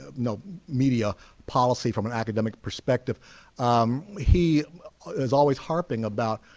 ah no media policy from an academic perspective he is always harping about